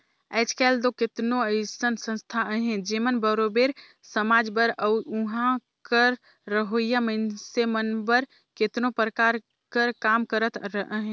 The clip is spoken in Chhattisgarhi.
आएज काएल दो केतनो अइसन संस्था अहें जेमन बरोबेर समाज बर अउ उहां कर रहोइया मइनसे मन बर केतनो परकार कर काम करत अहें